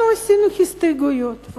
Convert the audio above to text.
אנחנו העלינו הסתייגויות.